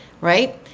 right